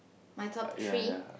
my top three